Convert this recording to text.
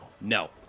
No